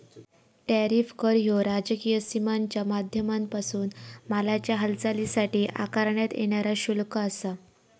tariff कर ह्यो राजकीय सीमांच्या माध्यमांपासून मालाच्या हालचालीसाठी आकारण्यात येणारा शुल्क आसा